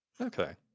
Okay